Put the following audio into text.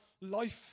life